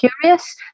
curious